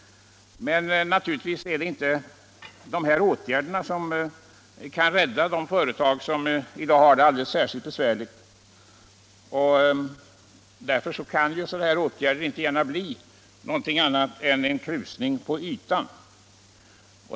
Men naturligtvis är detta inte några åtgärder som kan rädda de företag som har det särskilt besvärligt. Sådana här åtgärder kan inte gärna bli någonting annat än en krusning på ytan.